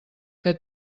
que